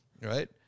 right